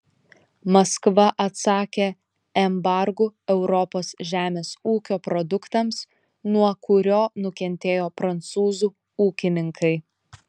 maskva atsakė embargu europos žemės ūkio produktams nuo kurio nukentėjo prancūzų ūkininkai